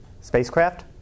Spacecraft